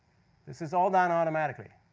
this is all done automatically.